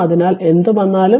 അതിനാൽ എന്ത് വന്നാലും